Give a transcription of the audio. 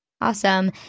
Awesome